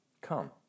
Come